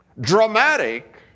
dramatic